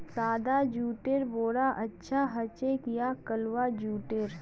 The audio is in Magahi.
सादा जुटेर बोरा अच्छा ह छेक या कलवा जुटेर